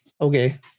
okay